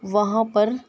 وہاں پر